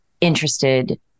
interested